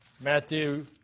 Matthew